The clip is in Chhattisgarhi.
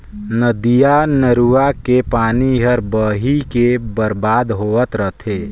नदिया नरूवा के पानी हर बही के बरबाद होवत रथे